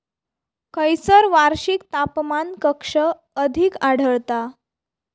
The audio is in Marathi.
खैयसर वार्षिक तापमान कक्षा अधिक आढळता?